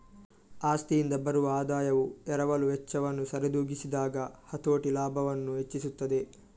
ಆಸ್ತಿಯಿಂದ ಬರುವ ಆದಾಯವು ಎರವಲು ವೆಚ್ಚವನ್ನು ಸರಿದೂಗಿಸಿದಾಗ ಹತೋಟಿ ಲಾಭವನ್ನು ಹೆಚ್ಚಿಸುತ್ತದೆ